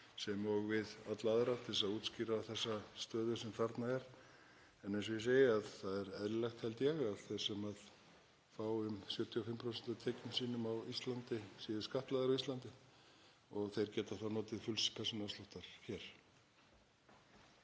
sem og við alla aðra til þess að útskýra þessa stöðu sem þarna er. Eins og ég segi, það er eðlilegt, held ég, að þeir sem fá um 75% af tekjum sínum á Íslandi séu skattlagðir á Íslandi og þeir geta þá notið fulls persónuafsláttar hér.